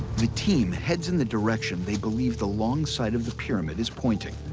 the team heads in the direction they believe the long side of the pyramid is pointing,